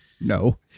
No